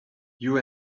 you